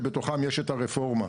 שבתוכם יש את הרפורמה,